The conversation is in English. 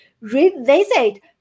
revisit